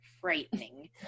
frightening